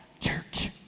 church